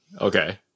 Okay